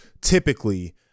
typically